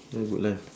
why good life